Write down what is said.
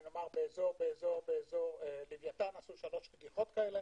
באזור לוויתן עשו שלוש כאלה